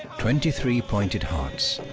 twenty three pointed hearts,